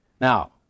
Now